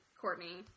Courtney